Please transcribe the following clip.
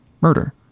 Murder